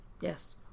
Yes